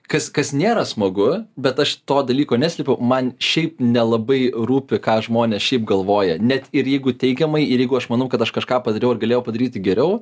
kas kas nėra smagu bet aš to dalyko neslepiu man šiaip nelabai rūpi ką žmonės šiaip galvoja net ir jeigu teigiamai ir jeigu aš manau kad aš kažką padariau ir galėjau padaryti geriau